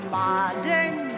modern